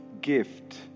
gift